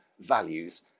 values